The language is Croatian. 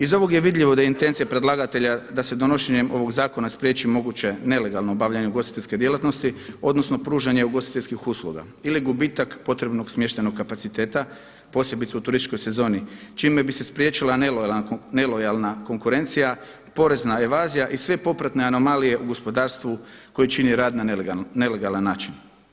Iz ovog je vidljivo da je intencija predlagatelja da se donošenjem ovog Zakona spriječi moguće nelegalno obavljanje ugostiteljske djelatnosti, odnosno pružanje ugostiteljskih usluga ili gubitak potrebnog smještajnog kapaciteta posebice u turističkoj sezoni čime bi se spriječila nelojalna konkurencija, porezna evazija i sve popratne anomalije u gospodarstvu koji čini rad na nelegalan način.